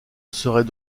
serait